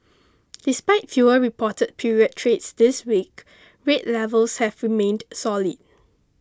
despite fewer reported period trades this week rate levels have remained solid